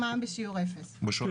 מע"מ בשיעור אפס.